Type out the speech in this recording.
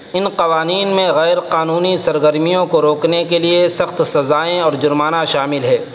ان قوانین میں غیر قانونی سرگرمیوں کو روکنے کے لیے سخت سزائیں اور جرمانہ شامل ہے